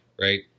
Right